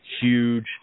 huge